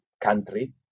country